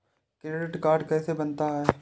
Credit card कैसे बनता है?